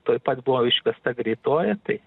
tuoj pat buvo iškviesta greitoji tai